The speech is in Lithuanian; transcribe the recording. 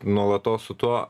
nuolatos su tuo